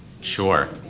Sure